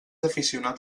aficionat